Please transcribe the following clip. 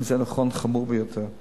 אם זה נכון, זה חמור ביותר.